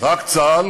רק צה"ל